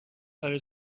کار